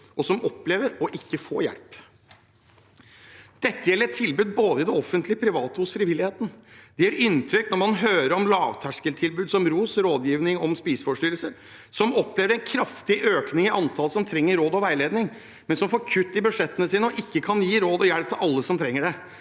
og som opplever å ikke få hjelp. Dette gjelder tilbud både i det offentlige, i det private og hos frivilligheten. Det gjør inntrykk når man hører om lavterskeltilbud som ROS, Rådgiving om spiseforstyrrelser, som opplever en kraftig økning i antallet som trenger råd og veiledning, men som får kutt i budsjettene sine og ikke kan gi råd og hjelp til alle som trenger det.